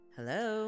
Hello